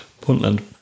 Puntland